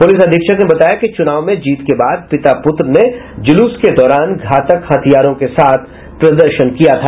police अधीक्षक ने बताया कि चुनाव में जीत के बाद पिता पुत्र ने जुलूस के दौरान घातक हथियारों के साथ प्रदर्शन किया था